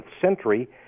century